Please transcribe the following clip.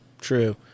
True